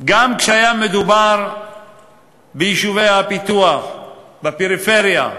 גם כשהיה מדובר ביישובי פיתוח בפריפריה,